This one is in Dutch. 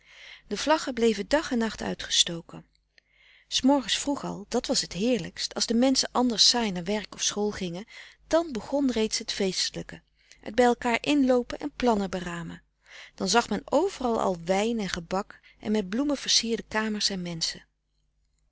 koele meren des doods en nacht uitgestoken s morgens vroeg al dat was het heerlijkst als de menschen anders saai naar werk of school gingen dan begon reeds het feestelijke het bij elkander inloopen en plannen beramen dan zag men overal al wijn en gebak en met bloemen versierde kamers en menschen